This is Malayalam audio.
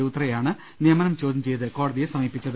ലുത്രയാണ് നിയമനം ചോദ്യം ചെയ്ത് കോടതിയെ സമീപിച്ചത്